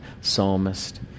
psalmist